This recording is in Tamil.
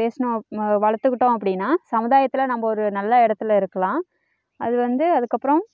பேசினோம் வளர்த்துக்கிட்டோம் அப்படினா சமுதாயத்தில் நம்ம ஒரு நல்ல எடத்தில் இருக்கலாம் அதுவந்து அதுக்கப்பறம்